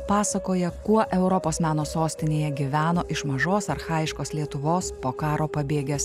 pasakoja kuo europos meno sostinėje gyveno iš mažos archajiškos lietuvos po karo pabėgęs